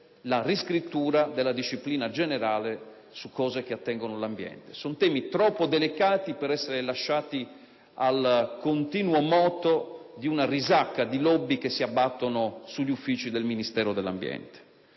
la riscrittura della disciplina generale su questioni che attengono l'ambiente. Sono temi troppo delicati per essere lasciati al continuo moto di una risacca di *lobby* che si abbattono sugli uffici del Ministero dell'ambiente.